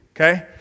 okay